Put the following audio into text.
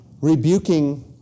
rebuking